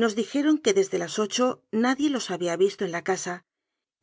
nos dijeron que desde las ocho nadie los había visto en la casa